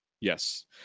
Yes